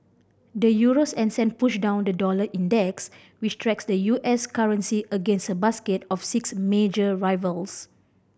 the euro's ascent pushed down the dollar index which tracks the U S currency against a basket of six major rivals